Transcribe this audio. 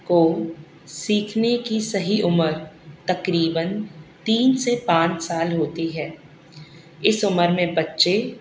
کو سیکھنے کی صحیح عمر تقریباً تین سے پانچ سال ہوتی ہے اس عمر میں بچے